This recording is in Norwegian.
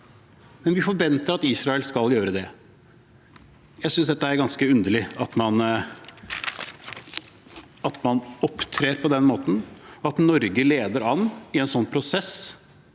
men vi forventer at Israel skal gjøre det. Jeg synes det er ganske underlig at man opptrer på den måten, at Norge leder an i en sånn prosess